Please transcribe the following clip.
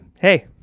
hey